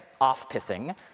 off-pissing